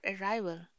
arrival